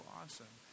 awesome